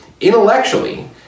intellectually